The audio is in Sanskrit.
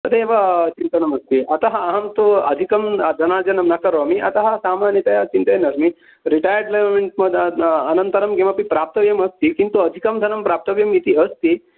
तदेव चिन्तनमस्ति अतः अहं तु अधिकं धनार्जनं न करोमि अतः सामान्यतया चिन्तयन्नस्मि रितैर्मेण्ट् अनन्तरं किमपि प्राप्तव्यमस्ति किन्तु अधिकं धनं प्राप्तव्यम् इति अस्ति